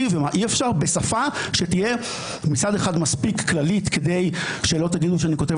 ומה אי-אפשר בשפה שתהיה מצד אחד מספיק כללית כדי שלא תגידו שאני כותב